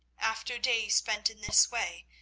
after days spent in this way,